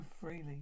freely